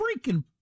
freaking